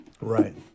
Right